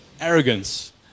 arrogance